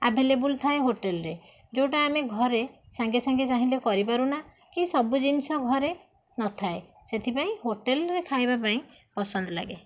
available ଥାଏ ହୋଟେଲ୍ରେ ଯେଉଁଟା ଆମେ ଘରେ ସାଙ୍ଗେ ସାଙ୍ଗେ ଚାହିଁଲେ କରିପାରୁନା କି ସବୁ ଜିନିଷ ଘରେ ନଥାଏ ସେଇଥିପାଇଁ ହୋଟେଲ୍ରେ ଖାଇବା ପାଇଁ ପସନ୍ଦ ଲାଗେ